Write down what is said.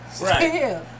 Right